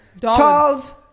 charles